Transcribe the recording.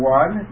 one